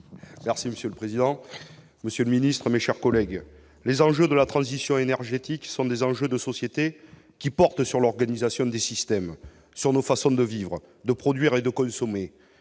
Monsieur le président, monsieur le secrétaire d'État, mes chers collègues, les enjeux de la transition énergétique sont des enjeux de société qui portent sur l'organisation des systèmes, sur nos façons de vivre, de produire et de consommer,